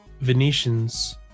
Venetians